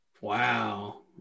Wow